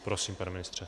Prosím, pane ministře.